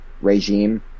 regime